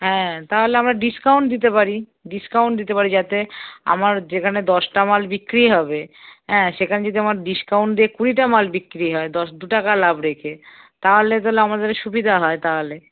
হ্যাঁ তাহলে আমরা ডিসকাউন্ট দিতে পারি ডিসকাউন্ট দিতে পারি যাতে আমার যেখানে দশটা মাল বিক্রি হবে হ্যাঁ সেখানে যদি আমার ডিসকাউন্ট দিয়ে কুড়িটা মাল বিক্রি হয় দশ দু টাকা লাভ রেখে তাহলে তাহলে আমাদের সুবিধা হয় তাহলে